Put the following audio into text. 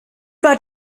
war